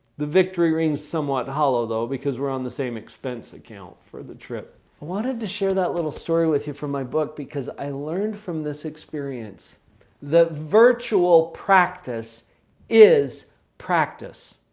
the victory rings somewhat hollow though because we're on the same expense account for the trip. i wanted to share that little story with you from my book because i learned from this experience the virtual practice is practice.